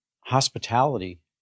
hospitality